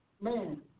man